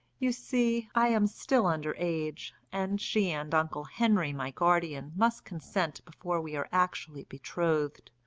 you see, i am still under age, and she and uncle henry my guardian must consent before we are actually betrothed.